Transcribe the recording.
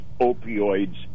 opioids